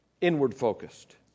inward-focused